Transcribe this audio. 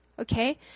okay